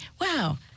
wow